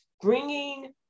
bringing